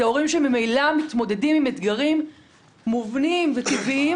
זהו הורים שממילא מתמודדים עם אתגרים מובנים וטבעיים.